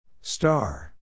Star